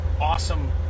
awesome